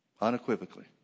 unequivocally